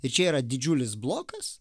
ir čia yra didžiulis blokas